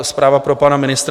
Zpráva pro pana ministra.